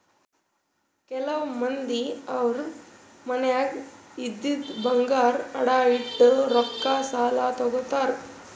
ಕೆಲವ್ ಮಂದಿ ಅವ್ರ್ ಮನ್ಯಾಗ್ ಇದ್ದಿದ್ ಬಂಗಾರ್ ಅಡ ಇಟ್ಟು ರೊಕ್ಕಾ ಸಾಲ ತಗೋತಾರ್